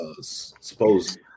supposed